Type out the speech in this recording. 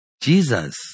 Jesus